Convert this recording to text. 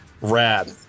Rad